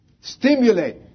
stimulate